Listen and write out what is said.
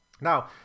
Now